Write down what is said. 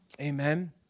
Amen